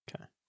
Okay